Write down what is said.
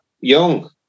young